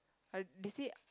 I is it